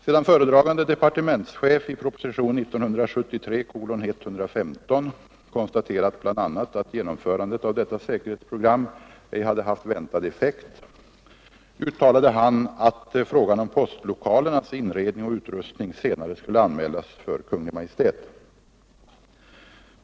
Sedan föredragande departementschefen i propositionen 1973:115 konstaterat bl.a. att genomförandet av detta säkerhetsprogram ej hade haft väntad effekt uttalade han, att frågan om postlokalernas inredning och utrustning senare skulle anmälas för Kungl. Maj:t.